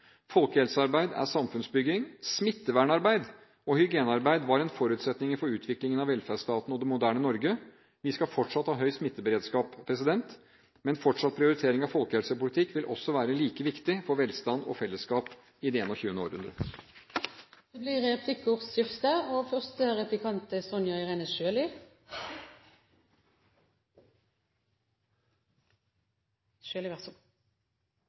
Folkehelsearbeid er samfunnsbygging. Smittevernarbeid og hygienearbeid var en forutsetning for utviklingen av velferdsstaten og det moderne Norge. Vi skal fortsatt ha smitteberedskap, men en fortsatt prioritering av folkehelsepolitikk vil også være like viktig for velstand og fellesskap i det 21. århundret. Det blir replikkordskifte. Det er min påstand at et perfekt eksempel på forebyggende folkehelsearbeid er at et foster får god